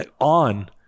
on